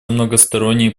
многосторонние